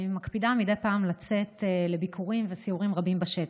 מקפידה מדי פעם לצאת לביקורים וסיורים רבים בשטח,